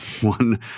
one